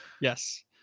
Yes